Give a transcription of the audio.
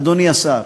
אדוני השר.